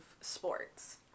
sports